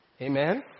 Amen